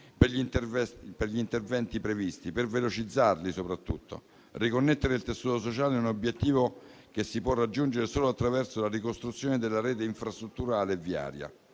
per gli interventi previsti, soprattutto per velocizzarli. Riconnettere il tessuto sociale è un obiettivo che si può raggiungere solo attraverso la ricostruzione della rete infrastrutturale e viaria.